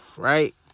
Right